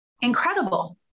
incredible